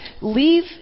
leave